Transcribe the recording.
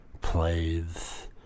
plays